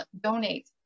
donate